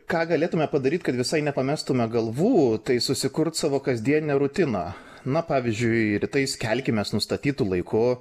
ką galėtume padaryt kad visai nepamestume galvų tai susikurt savo kasdienę rutiną na pavyzdžiui rytais kelkimės nustatytu laiku